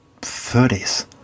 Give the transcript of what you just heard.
30s